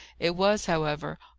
it was, however,